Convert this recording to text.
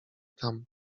tam